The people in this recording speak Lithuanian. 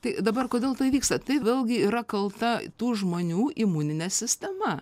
tai dabar kodėl tai vyksta tai vėlgi yra kalta tų žmonių imuninė sistema